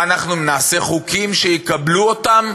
מה, אנחנו נעשה חוקים שיקבלו אותם?